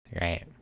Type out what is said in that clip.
Right